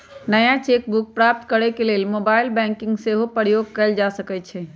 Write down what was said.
नया cheque book प्राप्त करेके लेल मोबाइल बैंकिंग के सेहो प्रयोग कएल जा सकइ छइ